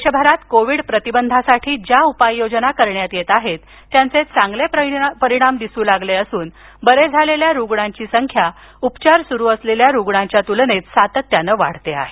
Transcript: देशभरात कोविड प्रतिबंधासाठी ज्या उपाययोजना करण्यात येत आहेत त्यांचे चांगले परिणाम दिसू लागले असून बरे झालेल्या रुग्णांची संख्या उपचार सुरू असलेल्या रुग्णांच्या तुलनेत सातत्यानं वाढते आहे